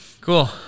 Cool